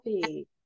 happy